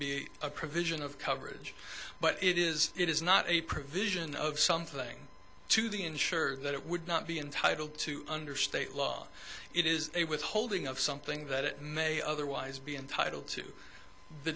a provision of coverage but it is it is not a provision of something to the insure that it would not be entitled to under state law it is a withholding of something that it may otherwise be entitled to the